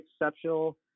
exceptional